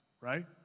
right